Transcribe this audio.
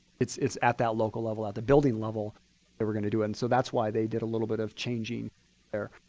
it's it's at that local level, at the building level they were going to do. and so that's why they did a little bit of changing there.